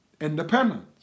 independence